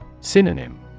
Synonym